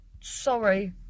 Sorry